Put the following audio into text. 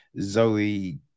Zoe